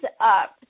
up